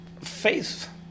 faith